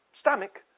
stomach